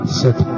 set